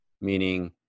meaning